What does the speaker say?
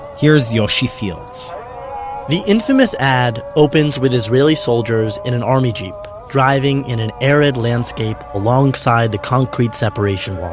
here's yoshi fields the infamous ad opens with israeli soldiers in an army jeep driving in an arid landscape alongside the concrete separation wall.